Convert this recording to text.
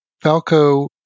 Falco